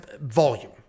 volume